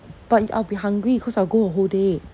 but I'll be hungry cause I'll go the whole day